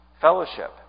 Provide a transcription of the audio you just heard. Fellowship